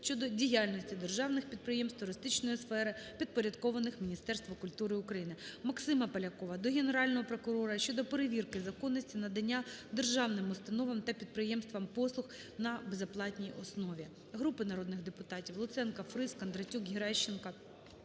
щодо діяльності державних підприємств туристичної сфери, підпорядкованих Міністерству культури України. Максима Полякова до Генерального прокурора щодо перевірки законності надання державними установами та підприємствами послуг на безоплатній основі.